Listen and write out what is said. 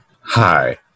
Hi